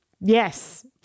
Yes